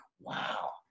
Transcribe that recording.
wow